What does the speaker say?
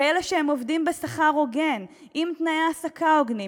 כאלה שעובדים בהם בשכר הוגן עם תנאי העסקה הוגנים,